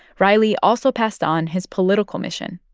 riley also passed on his political mission,